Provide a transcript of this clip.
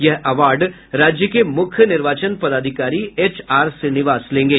यह अवॉर्ड राज्य के मुख्य निर्वाचन पदाधिकारी एच आर श्रीनिवास लेगें